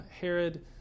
herod